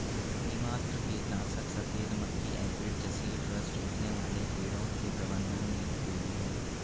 नीमास्त्र कीटनाशक सफेद मक्खी एफिड जसीड रस चूसने वाले कीड़ों के प्रबंधन में उपयोगी है